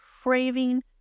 craving